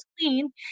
clean